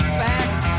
fact